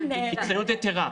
הצטיינות יתרה.